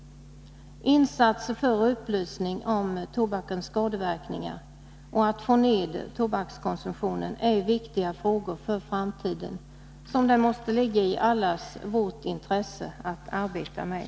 Insatser för upplysning om tobakens skadeverkningar och för att få ned tobakskonsumtionen är viktiga frågor för framtiden, som det måste ligga i allas vårt intresse att arbeta med.